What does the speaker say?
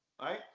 right